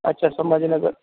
अच्छा संभाजीनगर